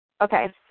Okay